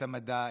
את המדע,